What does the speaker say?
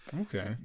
Okay